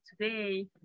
today